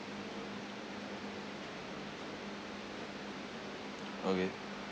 okay